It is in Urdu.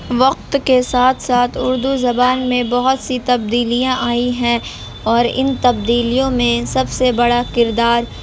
وقت کے ساتھ ساتھ اردو زبان میں بہت سی تبدیلیاں آئی ہیں اور ان تبدیلیوں میں سب سے بڑا کردار